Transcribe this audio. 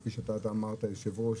כפי שתיארת היושב-ראש,